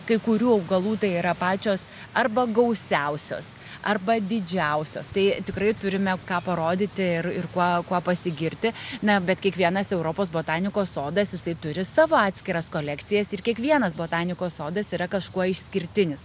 kai kurių augalų tai yra pačios arba gausiausios arba didžiausios tai tikrai turime ką parodyti ir ir kuo kuo pasigirti na bet kiekvienas europos botanikos sodas jisai turi savo atskiras kolekcijas ir kiekvienas botanikos sodas yra kažkuo išskirtinis